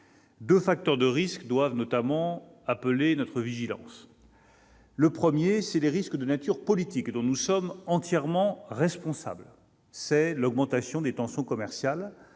Deux facteurs de risques doivent notamment appeler notre vigilance. Le premier est constitué par les risques de nature politique, dont nous sommes entièrement responsables, avec l'augmentation des tensions commerciales